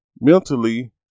mentally